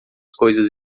coisas